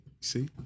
See